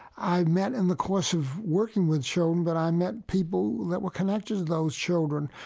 i met in the course of working with children. but i met people that were connected to those children.